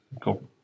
Cool